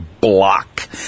block